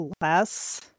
less